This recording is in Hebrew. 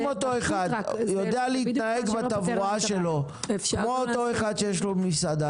אם אותו אחד יודע להתנהג בתברואה שלו כמו אחד שיש לו מסעדה,